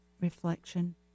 reflection